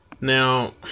Now